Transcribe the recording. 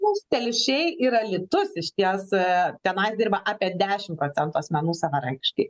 mūsų telšiai ir alytus išties tenai dirba apie dešimt procentų asmenų savarankiškai